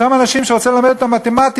אותם אנשים שהוא רוצה ללמד מתמטיקה.